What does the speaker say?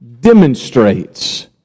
demonstrates